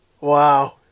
Wow